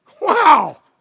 Wow